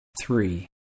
Three